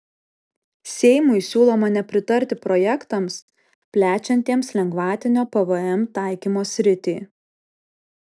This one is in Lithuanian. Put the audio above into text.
seimui siūloma nepritarti projektams plečiantiems lengvatinio pvm taikymo sritį